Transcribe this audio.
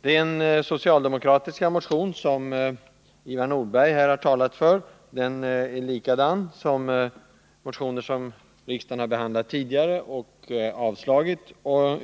Den socialdemokratiska motion som Ivar Nordberg här har talat för är likadan som motioner som riksdagen har behandlat tidigare och avslagit.